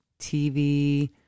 TV